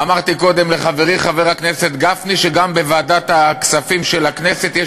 אמרתי קודם לחברי חבר הכנסת גפני שגם בוועדת הכספים של הכנסת יש